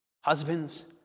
husbands